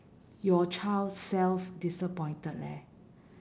your child self disappointed leh